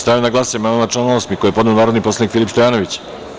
Stavljam na glasanje amandman na član 8. koji je podneo narodni poslanik Filip Stojanović.